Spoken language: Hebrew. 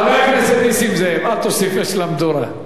חבר הכנסת נסים זאב, אל תוסיף אש למדורה.